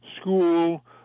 school